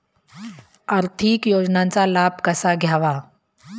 आर्थिक योजनांचा लाभ कसा घ्यावा?